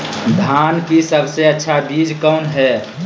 धान की सबसे अच्छा बीज कौन है?